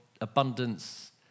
abundance